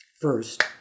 first